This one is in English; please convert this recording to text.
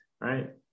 right